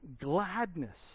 gladness